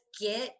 get